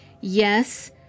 yes